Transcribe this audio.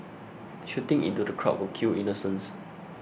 shooting into the crowd would kill innocents